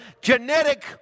genetic